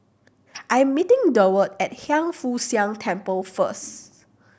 I'm meeting Durward at Hiang Foo Siang Temple first